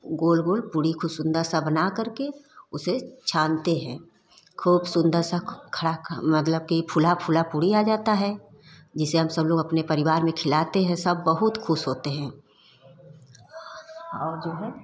गोल गोल पूरी को सुंदर सा बनाकर के उसे छानते हैं खूब सुंदर सा खड़ा मतलब कि फूला फूला पूरी आ जाता है जिसे हम सब लोग अपने परिवार में खिलाते हैं सब बहुत खुश होते हैं और जो है